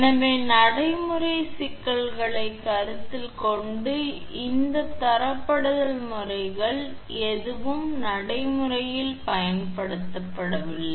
எனவே நடைமுறை சிக்கல்களைக் கருத்தில் கொண்டு இந்த தரப்படுத்தல் முறைகள் எதுவும் நடைமுறையில் பயன்படுத்தப்படுவதில்லை